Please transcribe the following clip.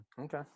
Okay